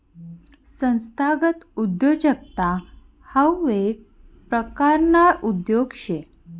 संस्थागत उद्योजकता हाऊ येक परकारना उद्योग शे